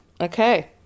Okay